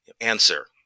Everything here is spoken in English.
answer